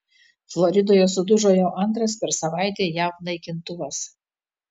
floridoje sudužo jau antras per savaitę jav naikintuvas